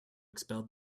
expel